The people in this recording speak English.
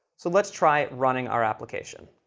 so let's try running our application.